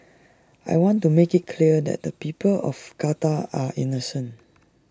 I want to make clear that the people of Qatar are innocent